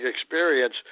experience